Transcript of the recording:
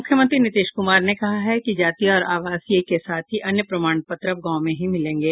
मूख्यमंत्री नीतीश कुमार ने कहा है कि जाति और आवासीय के साथ ही अन्य प्रमाण पत्र अब गांव में ही मिलेंगे